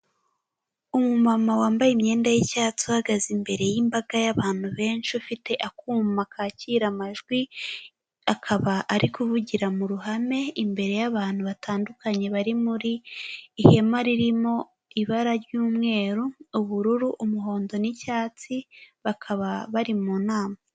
Umumama wambaye imyenda y'icyatsi uhagaze imbere y'imbaga y'abantu benshi ufite akuma kakira amajwi, akaba ari kuvugira mu ruhame imbere y'abantu batandukanye bari muri ihema ririmo ibara ry'umweru, ubururu, umuhondo, n'icyatsi, bakaba bari mu nama.